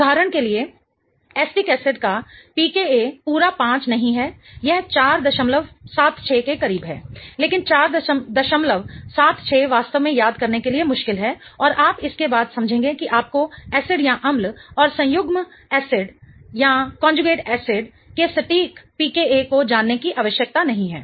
उदाहरण के लिए एसिटिक एसिडअम्ल का pKa पूरा 5 नहीं है यह 476 के करीब है लेकिन 476 वास्तव में याद करने के लिए मुश्किल है और आप इसके बाद समझेंगे कि आपको एसिडअम्ल और संयुग्म एसिडअम्ल के सटीक pKa को जानने की आवश्यकता नहीं है